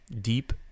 deep